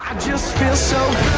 just feel so